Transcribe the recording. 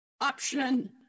option